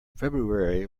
february